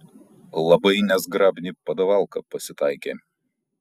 labai nezgrabni padavalka pasitaikė